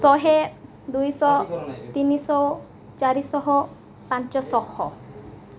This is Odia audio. ଶହେ ଦୁଇଶହ ତିନିଶହ ଚାରିଶହ ପାଞ୍ଚଶହ